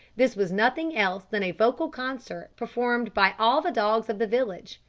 this was nothing else than a vocal concert performed by all the dogs of the village,